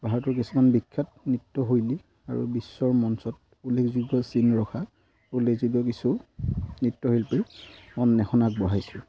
ভাৰতৰ কিছুমান বিখ্যাত নৃত্যশৈলী আৰু বিশ্বৰ মঞ্চত উল্লেখযোগ্য চিন ৰখা উল্লেখযোগ্য কিছু নৃত্যশিল্পীৰ অন্বেষণ আগবঢ়াইছোঁ